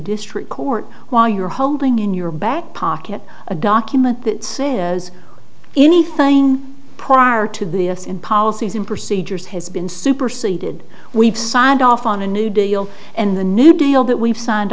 district court while you're holding in your back pocket a document that says anything prior to the us in policies and procedures has been superseded we've signed off on a new deal and the new deal that we've signed